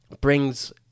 brings